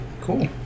cool